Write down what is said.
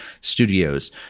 studios